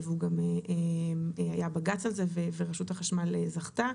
וגם היה בג"ץ על זה ורשות החשמל זכתה,